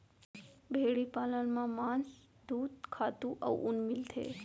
भेड़ी पालन म मांस, दूद, खातू अउ ऊन मिलथे